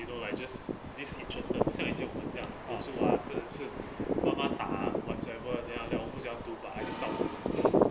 you know like just disinterested 好像已经有本这样读书 ah 这很是妈妈打 whatsoever then after that 我不喜欢读爸就照顾